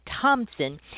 Thompson